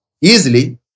easily